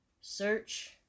Search